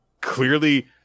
clearly